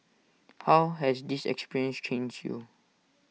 how has this experience changed you